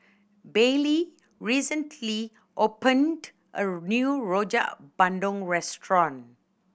Bailey recently opened a new Rojak Bandung restaurant